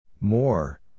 More